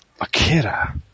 Akira